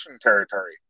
territory